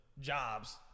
jobs